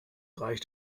reicht